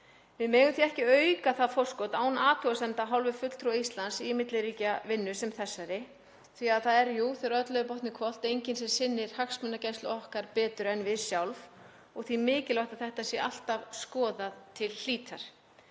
Við megum því ekki auka það forskot án athugasemda af hálfu fulltrúa Íslands í milliríkjavinnu sem þessari því að þegar öllu er á botninn hvolft er enginn sem sinnir hagsmunagæslu okkar betur en við sjálf og því er mikilvægt að þetta sé alltaf skoðað til hlítar.